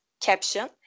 Caption